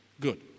good